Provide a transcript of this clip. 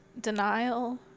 denial